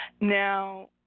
Now